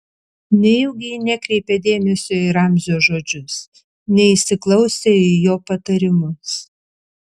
nejaugi ji nekreipė dėmesio į ramzio žodžius neįsiklausė į jo patarimus